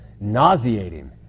nauseating